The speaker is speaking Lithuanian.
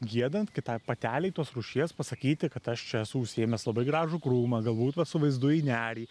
giedant kitai patelei tos rūšies pasakyti kad aš čia esu užsiėmęs labai gražų krūmą galbūt vat su vaizdu į nerį